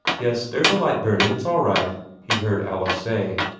yes there's a light burning. it's all right, he heard alice say.